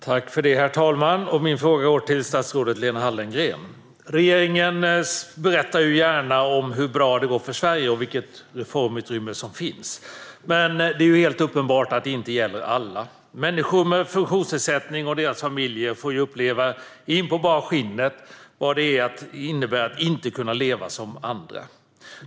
Herr talman! Min fråga går till statsrådet Lena Hallengren. Regeringen berättar gärna hur bra det går för Sverige och vilket reformutrymme som finns. Men det är uppenbart att det inte gäller alla. Människor med funktionsnedsättning och deras familjer får uppleva in på bara skinnet vad det innebär att inte kunna leva som andra.